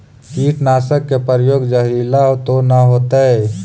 कीटनाशक के प्रयोग, जहरीला तो न होतैय?